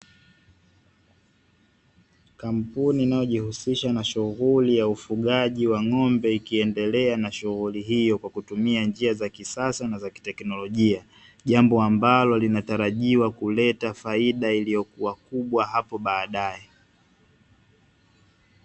Kampuni inayojihusisha na shughuli ya ufugaji wa ng'ombe, ikiendelea na shughuli hiyo kwa kutumia njia za kisasa na zakiteknolojia, jambo ambalo linatarajiwa kuleta faida iliyokua kubwa hapo badae.